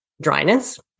dryness